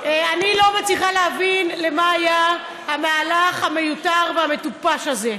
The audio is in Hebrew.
אני לא מצליחה להבין למה היה המהלך המיותר והמטופש הזה.